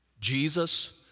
Jesus